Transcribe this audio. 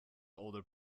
older